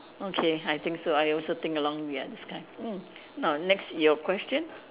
okay I think so I also think along we are this kind mm now next your question